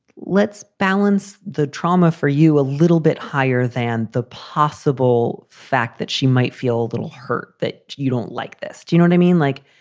let's balance the trauma for you a little bit higher than the possible fact that she might feel a little hurt, that you don't like this. you you know what i mean? like,